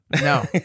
No